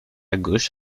gauche